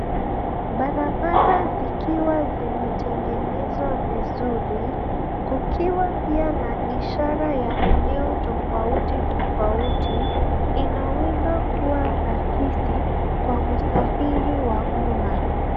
Barabara zikiwa zimetengenezwa vizuri. Kukiwa pia na ishara ya eneo tofauti tofauti, inaweza kuwa rahisi kwa usafiri wa umma.